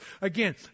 Again